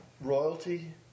royalty